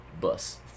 bus